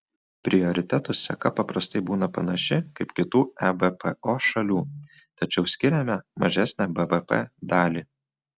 prioritetų seka paprastai būna panaši kaip kitų ebpo šalių tačiau skiriame mažesnę bvp dalį